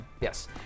yes